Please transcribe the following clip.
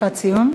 משפט סיום.